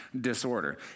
disorder